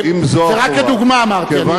זה רק כדוגמה אמרתי.